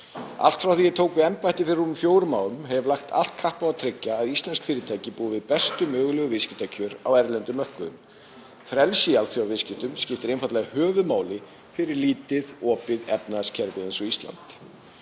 Allt frá því að ég tók við embætti fyrir rúmum fjórum árum hef ég lagt allt kapp á að tryggja að íslensk fyrirtæki búi við bestu mögulegu viðskiptakjör á erlendum mörkuðum. Frelsi í alþjóðaviðskiptum skiptir einfaldlega höfuðmáli fyrir lítið opið efnahagskerfi eins og Ísland.